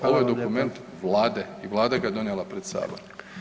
Ovo je dokument Vlade i Vlada ga je donijela pred Sabor.